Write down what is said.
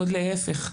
ועוד להיפך,